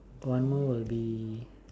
one more will be